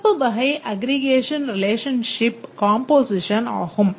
சிறப்பு வகை aggregation relationship composition ஆகும்